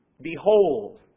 Behold